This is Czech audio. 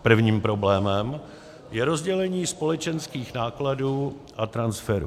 Prvním problémem je rozdělení společenských nákladů a transferu.